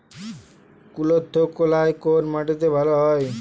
কুলত্থ কলাই কোন মাটিতে ভালো হয়?